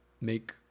make